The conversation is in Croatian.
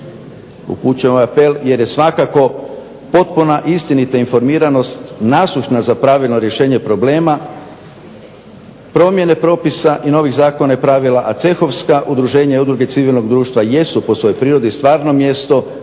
Upućujem apel jer je svakako potpuna istinita informiranost nasušna za pravilno rješenje problema, promjene propisa i novih zakona i pravila, a cehovska udruženja i udruge civilnog društva jesu po svojoj prirodi stvarno mjesto